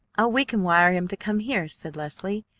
oh, we can wire him to come here, said leslie.